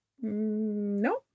no